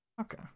Okay